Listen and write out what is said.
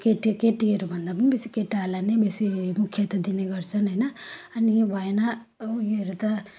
केटी केटीहरूभन्दा पनि बेसी केटाहरूलाई नै बेसी मुख्यता दिने गर्छन् हैन अनि भएन उनीहरू त